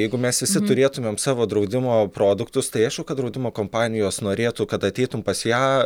jeigu mes visi turėtumėm savo draudimo produktus tai aišku kad draudimo kompanijos norėtų kad ateitum pas ją